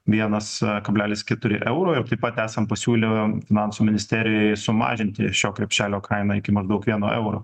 vienas kablelis keturi euro ir taip pat esam pasiūlę finansų ministerijai sumažinti šio krepšelio kainą iki maždaug vieno euro